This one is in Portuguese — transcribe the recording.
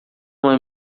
uma